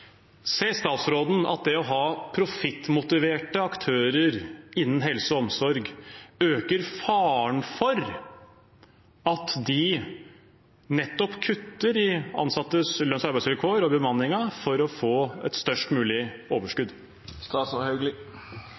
Ser statsråden at det å ha profittmotiverte aktører innen helse og omsorg øker faren for at de nettopp kutter i ansattes lønns- og arbeidsvilkår og bemanningen for å få et størst mulig